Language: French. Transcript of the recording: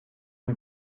une